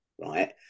right